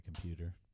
computer